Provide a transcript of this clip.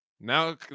Now